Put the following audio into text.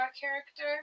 character